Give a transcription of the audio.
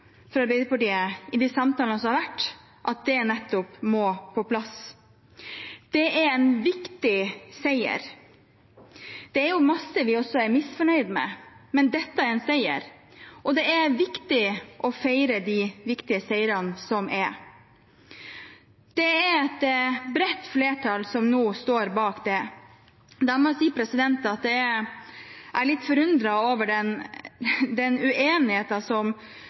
Arbeiderpartiet i de samtalene som har vært, at det nettopp må på plass. Det er en viktig seier. Det er mye vi også er misfornøyd med, men dette er en seier. Det er viktig å feire de viktige seirene. Det er et bredt flertall som nå står bak dette. Jeg må si jeg er litt forundret over den